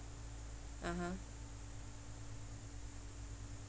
(uh huh)